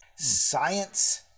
science